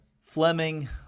Fleming